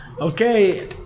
Okay